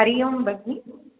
हरि ओं भगिनी